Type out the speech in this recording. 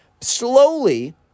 slowly